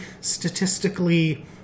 statistically